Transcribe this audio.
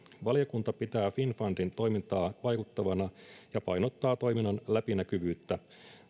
valiokunta pitää finnfundin toimintaa vaikuttavana ja painottaa toiminnan läpinäkyvyyttä